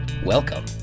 Welcome